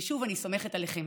שוב, אני סומכת עליכם